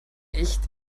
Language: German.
echt